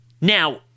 Now